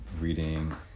reading